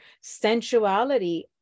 sensuality